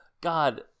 God